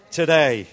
today